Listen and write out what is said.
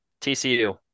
TCU